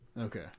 Okay